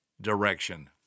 direction